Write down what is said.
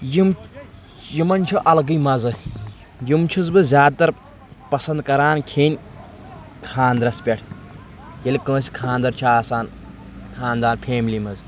یِم یِمن چھُ الگٕے مَزٕ یِم چھُس بہٕ زیادٕ تَر پَسنٛد کَران کھیٚنۍ خانٛدرَس پٮ۪ٹھ ییٚلہِ کٲنٛسہِ خانٛدَر چھُ آسان خانٛدار فیملی منٛز